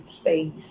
space